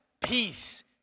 peace